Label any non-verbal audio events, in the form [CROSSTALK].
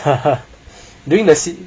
[LAUGHS] during the sit~